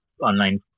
online